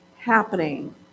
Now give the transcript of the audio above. happening